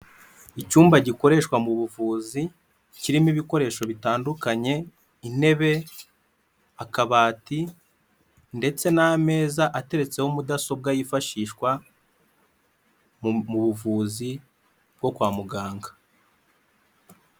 Icyumba gikoreshwa mu buvuzi kirimo ibikoresho bitandukanye; intebe, akabati ndetse n'ameza ateretseho mudasobwa yifashishwa mu buvuzi bwo kwa muganga.